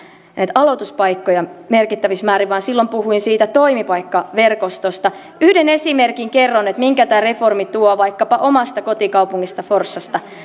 aloituspaikkoja merkittävissä määrin vaan silloin puhuin siitä toimipaikkaverkostosta yhden esimerkin kerron minkä tämä reformi tuo vaikkapa omasta kotikaupungistani forssasta